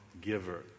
giver